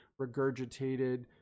regurgitated